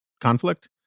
conflict